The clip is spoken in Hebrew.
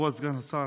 כבוד סגן השר,